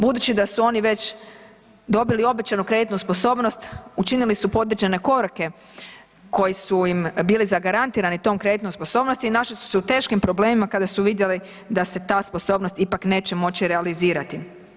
Budući da su oni veći dobili obećanu kreditnu sposobnost, učinili su određene korake koji su im bili zagarantirani tom kreditnom sposobnosti i našli su se u teškim problemima kada su vidjeli da se ta sposobnost ipak neće moći realizirati.